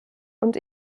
und